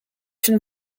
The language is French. une